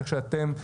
איך שאתם,